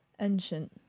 ancient